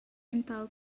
empau